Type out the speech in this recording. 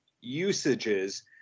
usages